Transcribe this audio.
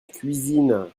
cuisine